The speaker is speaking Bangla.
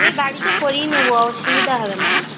আমি বাড়িতে পড়িয়ে নেবো অসুবিধা হবে না না